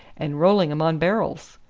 and rolling em on barrels.